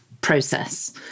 process